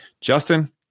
Justin